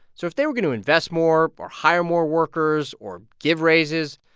so if they were going to invest more or hire more workers or give raises,